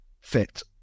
fit